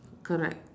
correct